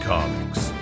Comics